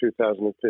2015